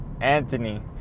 Anthony